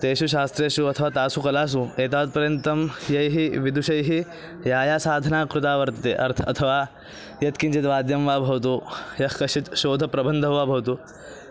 तेषु शास्त्रेषु अथवा तासु कलासु एतावत्पर्यन्तं यैः विदुषैः या या साधना कृता वर्तते अर् अथवा यत्किञ्चित् वाद्यं वा भवतु यः कश्चित् शोधप्रबन्धः वा भवतु